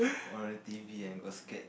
on the t_v and got scared